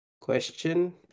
question